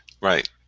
right